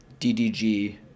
DDG